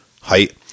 height